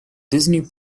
disney